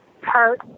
hurt